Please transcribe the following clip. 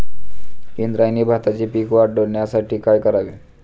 इंद्रायणी भाताचे पीक वाढण्यासाठी काय करावे?